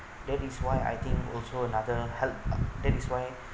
that is why I think also another help that is why